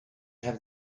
have